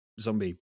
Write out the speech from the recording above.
zombie